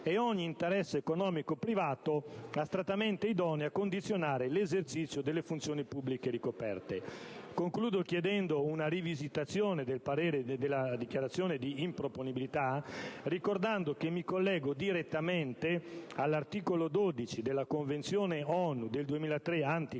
e ogni interesse economico privato astrattamente idoneo a condizionare l'esercizio delle funzioni pubbliche ricoperte). Concludo chiedendo una riconsiderazione del parere e della dichiarazione di improponibilità, ricordando che mi collego direttamente all'articolo 12 della Convenzione ONU del 2003 anticorruzione,